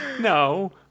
no